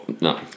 no